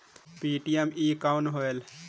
PME कौन होयल?